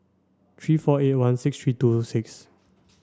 three four eight one six three two six